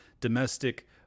Domestic